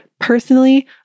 Personally